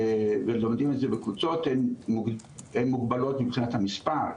לומדים את זה בקבוצות והן מוגבלות מבחינת המספר,